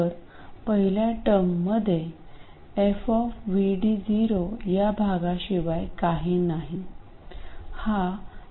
तर पहिल्या टर्ममध्ये f या भागाशिवाय काही नाही हा f आहे